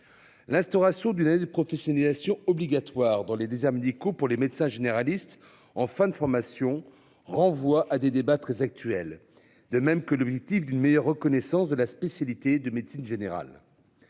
L'instauration d'une année de professionnalisation obligatoire dans les déserts médicaux pour les médecins généralistes en fin de formation renvoie à des débats très actuel, de même que l'objectif d'une meilleure reconnaissance de la spécialité de médecine générale.